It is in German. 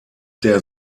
der